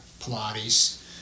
Pilates